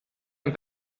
ein